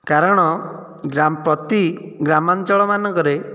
କାରଣ ପ୍ରତି ଗ୍ରାମାଞ୍ଚଳ ମାନଙ୍କରେ